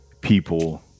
people